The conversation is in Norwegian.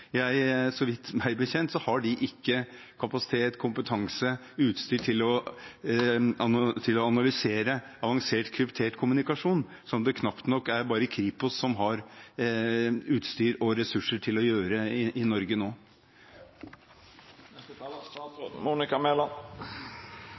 meg bekjent har de ikke kapasitet, kompetanse eller utstyr til å analysere avansert kryptert kommunikasjon. Det er det nesten bare Kripos som har utstyr og ressurser til å gjøre i Norge nå.